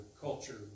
culture